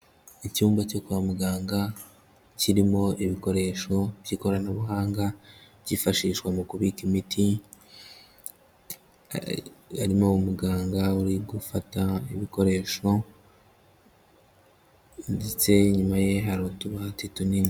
Icyumba cyo kwa muganga, kirimo ibikoresho by'ikoranabuhanga, cyifashishwa mu kubika imiti, harimo umuganga uri gufata ibikoresho ndetse inyuma ye hari utubati tunini.